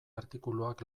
artikuluak